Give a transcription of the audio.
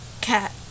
cat